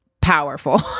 powerful